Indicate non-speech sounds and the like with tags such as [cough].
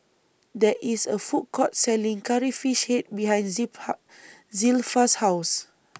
There IS A Food Court Selling Curry Fish Head behind [unintelligible] Zilpha's House [noise]